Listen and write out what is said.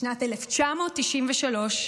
בשנת 1993,